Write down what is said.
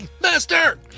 Master